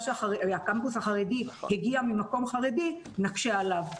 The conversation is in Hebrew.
שהקמפוס החרדי הגיע ממקום חרדי נקשה עליו'.